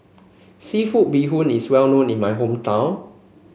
seafood Bee Hoon is well known in my hometown